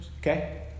Okay